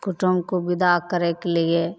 कुटुमके विदा करैके लिए